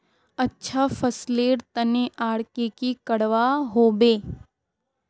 अच्छा फसलेर तने आर की की करवा होबे?